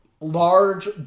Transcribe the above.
large